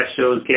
shows